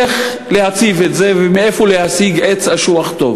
איך להציב את זה ומאין להשיג עץ אשוח טוב.